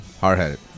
Hard-headed